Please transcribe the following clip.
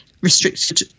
restricted